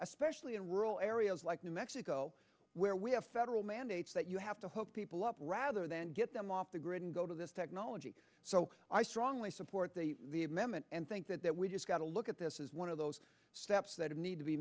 especially in rural areas like new mexico where we have federal mandates that you have to hope people up rather than get them off the grid and go to this technology so i strongly support the the amendment and think that we just got to look at this is one of those steps that need to be